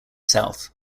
south